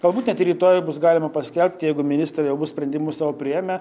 galbūt net ir rytoj bus galima paskelbti jeigu ministrai jau bus sprendimus savo priėmę